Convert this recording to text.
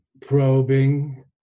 probing